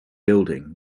building